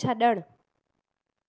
छड॒णु